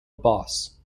boss